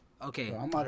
Okay